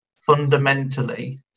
fundamentally